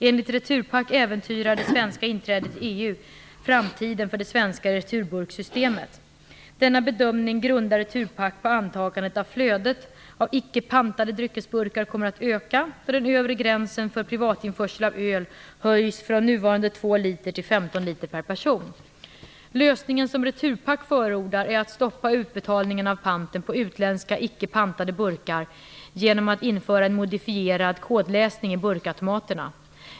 Enligt Returpack äventyrar det svenska inträdet i EU framtiden för det svenska returburkssystemet. Denna bedömning grundar Returpack på antagandet att flödet av icke pantade dryckesburkar kommer att öka, då den övre gränsen för privatinförsel av öl höjs från nuvarande 2 liter till 15 Den lösning som Returpack förordar är att stoppa utbetalningen av panten på utländska icke pantade burkar genom att införa en modifierad kodläsning i burkautomaterna.